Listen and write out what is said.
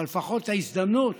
אבל לפחות את ההזדמנות